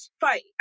fight